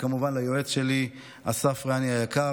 וכמובן ליועץ שלי אסף רני היקר.